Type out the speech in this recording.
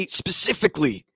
specifically